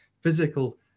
physical